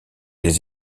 des